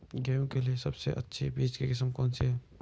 गेहूँ के लिए सबसे अच्छी बीज की किस्म कौनसी है?